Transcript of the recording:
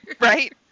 Right